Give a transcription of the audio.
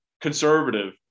conservative